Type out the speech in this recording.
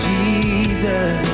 Jesus